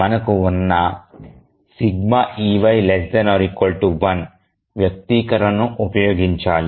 మనకు ఉన్న ∑≤ 1 వ్యక్తీకరణను ఉపయోగించాలి